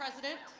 president,